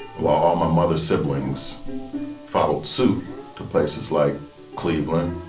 while all my mother siblings followed suit to places like cleveland,